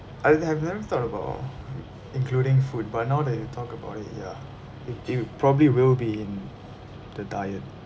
I had never thought about including food but now that you talk about it ya it it probably will be in the diet